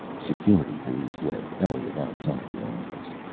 security police led elliot outside the office.